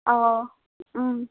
অঁ